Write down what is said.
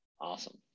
awesome